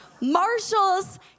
Marshall's